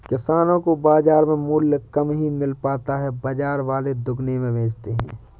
किसानो को बाजार में मूल्य कम ही मिल पाता है बाजार वाले दुगुने में बेचते है